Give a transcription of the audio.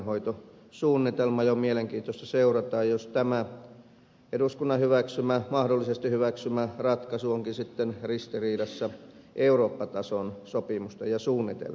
on mielenkiintoista seurata jos tämä eduskunnan mahdollisesti hyväksymä ratkaisu onkin sitten risti riidassa eurooppa tason sopimusten ja suunnitelmien kanssa